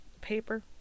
paper